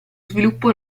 sviluppo